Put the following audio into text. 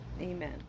Amen